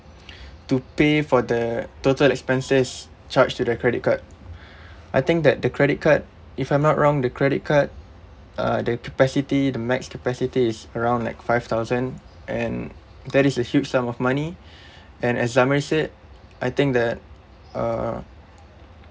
to pay for the total expenses charged to their credit card I think that the credit card if I'm not wrong the credit card uh the capacity the max capacity is around like five thousand and that is a huge sum of money and as zamir said I think that uh